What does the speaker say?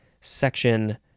section